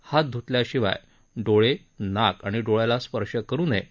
हात ध्तल्याशिवाय डोळे नाक आणि तोंडाला स्पर्श करु नये